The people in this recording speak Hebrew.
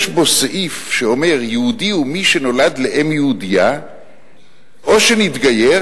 יש בו סעיף שאומר: יהודי הוא מי שנולד לאם יהודייה או שהתגייר